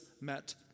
met